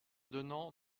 donnant